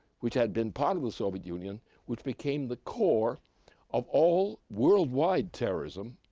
which had been part of the soviet union, which became the core of all world-wide terrorism,